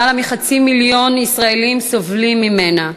למעלה מחצי מיליון ישראלים סובלים ממנה,